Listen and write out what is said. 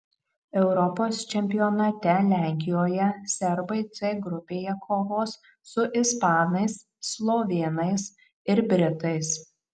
europos čempionate lenkijoje serbai c grupėje kovos su ispanais slovėnais ir britais